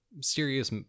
serious